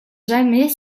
jamais